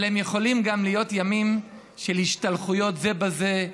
אבל הם יכולים גם להיות ימים של השתלחויות זה בזה,